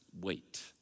wait